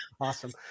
Awesome